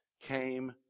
came